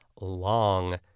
long